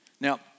Now